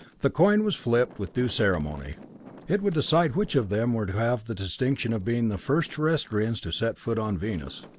the coin was flipped with due ceremony it would decide which of them were to have the distinction of being the first terrestrians to set foot on venus.